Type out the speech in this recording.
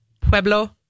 Pueblo